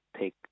take